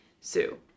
Sue